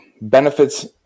benefits